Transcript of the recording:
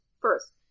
first